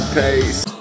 pace